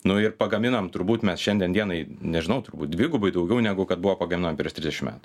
nu ir pagaminam turbūt mes šiandien dienai nežinau turbūt dvigubai daugiau negu kad buvo pagaminama prieš trisdešim metų